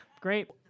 Great